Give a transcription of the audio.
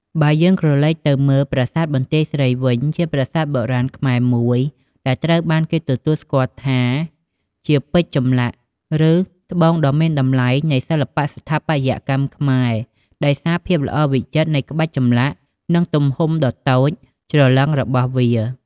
បើយើងក្រឡេកទៅមើល ប្រាសាទបន្ទាយស្រីវិញ ជាប្រាសាទបុរាណខ្មែរមួយដែលត្រូវបានគេទទួលស្គាល់ថាជា "ពេជ្រចម្លាក់" ឬ "ត្បូងដ៏មានតម្លៃ" នៃសិល្បៈស្ថាបត្យកម្មខ្មែរ ដោយសារភាពល្អវិចិត្រនៃក្បាច់ចម្លាក់ និងទំហំដ៏តូចច្រឡឹងរបស់វា។